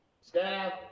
Staff